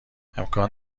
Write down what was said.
امکان